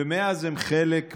ומאז הם חלק מהנוף,